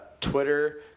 Twitter